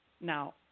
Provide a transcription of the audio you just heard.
Now